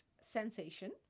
sensation